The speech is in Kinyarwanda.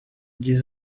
gihe